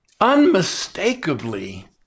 unmistakably